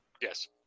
Yes